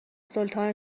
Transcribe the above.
سلطان